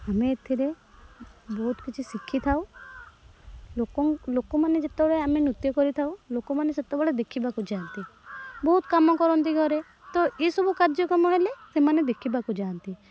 ଆମେ ଏଥିରେ ବହୁତ କିଛି ଶିଖିଥାଉ ଲୋକଙ୍କ ଲୋକମାନେ ଯେତେବେଳେ ଆମେ ନୃତ୍ୟ କରିଥାଉ ଲୋକମାନେ ସେତେବେଳେ ଦେଖିବାକୁ ଯାଆନ୍ତି ବହୁତ କାମ କରନ୍ତି ଘରେ ତ ଏସବୁ କାର୍ଯ୍ୟକ୍ରମ ହେଲେ ସେମାନେ ଦେଖିବାକୁ ଯାଆନ୍ତି